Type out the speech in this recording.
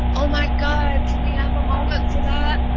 oh, my god. can we have a moment for that?